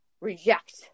reject